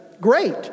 Great